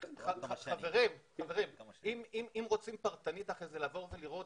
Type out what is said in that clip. שניתן להפסיק חצי מהסד"כ של היחידות הפחמיות,